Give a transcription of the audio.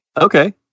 Okay